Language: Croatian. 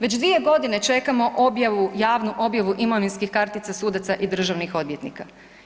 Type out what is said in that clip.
Već dvije godine čekamo objavu, javnu objavu imovinskih kartica sudaca i državnih odvjetnika.